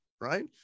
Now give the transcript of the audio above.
right